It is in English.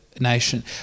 nation